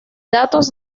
datos